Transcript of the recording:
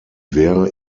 wäre